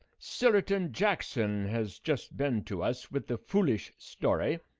sillerton jackson has just been to us with the foolish story,